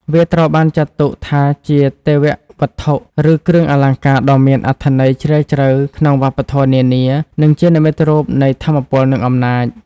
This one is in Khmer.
វាត្រូវបានចាត់ទុកថាជាទេវវត្ថុឬគ្រឿងអលង្ការដ៏មានអត្ថន័យជ្រាលជ្រៅក្នុងវប្បធម៌នានា និងជានិមិត្តរូបនៃថាមពល និងអំណាច។